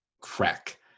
Crack